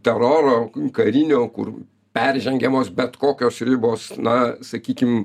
teroro karinio kur peržengiamos bet kokios ribos na sakykim